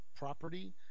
Property